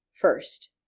first